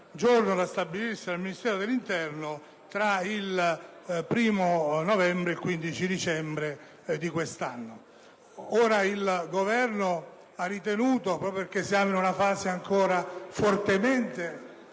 giorno, da stabilirsi dal Ministero dell'interno, tra il 1° novembre ed il 15 dicembre di quest'anno. Il Governo ha pertanto ritenuto (proprio perché siamo in una fase ancora fortemente